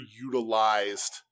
utilized